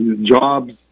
jobs